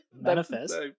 Manifest